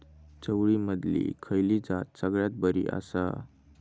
चवळीमधली खयली जात सगळ्यात बरी आसा?